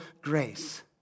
grace